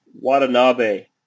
Watanabe